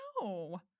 no